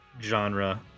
genre